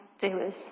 doers